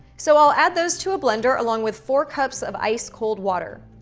so i'll add those to a blender, along with four cups of ice cold water.